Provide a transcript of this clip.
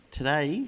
today